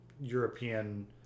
European